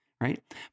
right